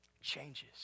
changes